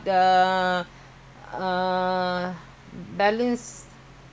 fifty two something so ya loan balance loan balance